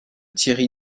thierry